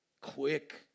Quick